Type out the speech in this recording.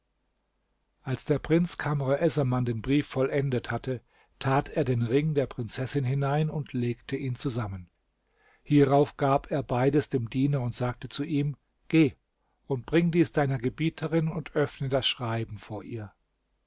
als der prinz kamr essaman den brief vollendet hatte tat er den ring der prinzessin hinein und legte ihn zusammen hierauf gab er beides dem diener und sagte zu ihm geh und bring dies deiner gebieterin und öffne das schreiben vor ihr